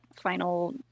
final